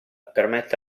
permette